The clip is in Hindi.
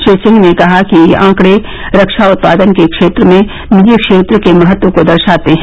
श्री सिंह ने कहा कि यह आंकड़े रक्षा उत्पादन के क्षेत्र में निजी क्षेत्र के महत्व को दर्शाते हैं